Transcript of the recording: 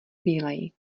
bílej